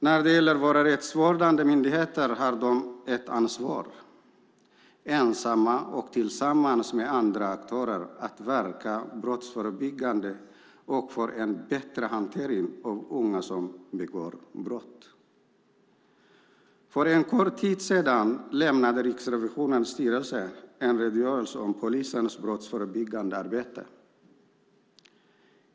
När det gäller våra rättsvårdande myndigheter har de ett ansvar att ensamma och tillsammans med andra aktörer verka brottsförebyggande och för en bättre hantering av unga som begår brott. För en kort tid sedan lämnade Riksrevisionens styrelse en redogörelse om polisens brottsförebyggande arbete.